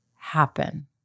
happen